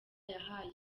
yahaye